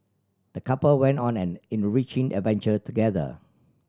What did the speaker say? the couple went on an enriching adventure together